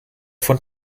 von